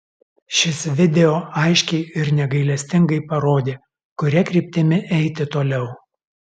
šis video aiškiai ir negailestingai parodė kuria kryptimi eiti toliau